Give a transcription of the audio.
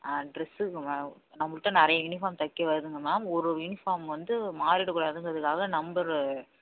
ஆ ட்ரெஸ்ஸுக்கு வ நம்மள்கிட்ட நிறையா யூனிஃபார்ம் தைக்க வருதுங்க மேம் ஒரு ஒரு யூனிஃபார்ம் வந்து மாறிவிட கூடாதுங்கிறதுக்காக நம்பரு